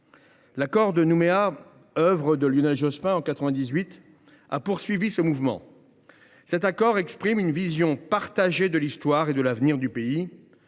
L’accord de Nouméa, œuvre de Lionel Jospin en 1998, a poursuivi ce mouvement. Il exprime une vision partagée de l’histoire et de l’avenir du pays.